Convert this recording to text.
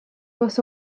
bws